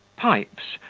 pipes,